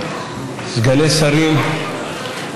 סגני שרים,